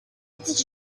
did